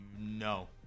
No